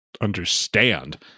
understand